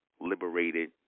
liberated